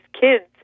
kids